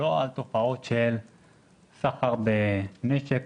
לא על תופעות של סחר בנשק,